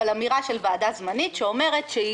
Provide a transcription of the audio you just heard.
אבל אמירה של ועדה זמנית שאומרת שהיא